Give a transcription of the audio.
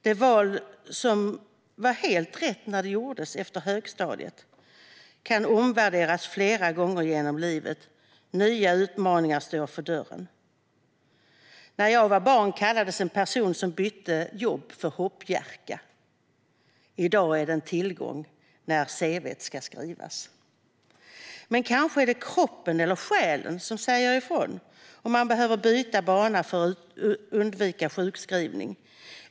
Det val som var helt rätt när det gjordes efter högstadiet kan omvärderas flera gånger genom livet. Nya utmaningar står för dörren. När jag var barn kallades en person som bytte jobb för hoppjerka. I dag är det en tillgång när cv:t ska skrivas. Kanske är det också så att kroppen eller själen säger ifrån, så att man behöver byta bana för att undvika sjukskrivning.